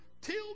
till